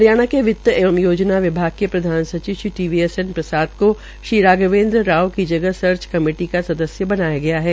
हरियाणा के वित्त एवं योजना विभाग के प्रधानसचिव Shri T V S N Prasad को श्री राघवेन्द्र राव की जगह सर्च कमेटी का सदस्य बनाया गया है